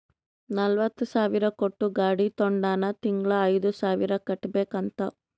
ನಲ್ವತ ಸಾವಿರ್ ಕೊಟ್ಟು ಗಾಡಿ ತೊಂಡಾನ ತಿಂಗಳಾ ಐಯ್ದು ಸಾವಿರ್ ಕಟ್ಬೇಕ್ ಅಂತ್